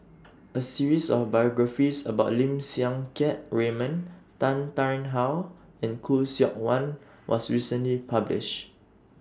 A series of biographies about Lim Siang Keat Raymond Tan Tarn How and Khoo Seok Wan was recently published